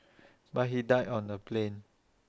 but he died on the plane